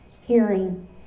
hearing